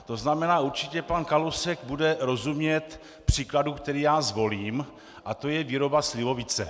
To znamená, určitě pan Kalousek bude rozumět příkladu, který já zvolím, a to je výroba slivovice.